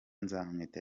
nzamwita